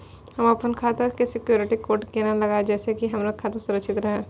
हम अपन खाता में सिक्युरिटी कोड केना लगाव जैसे के हमर खाता सुरक्षित रहैत?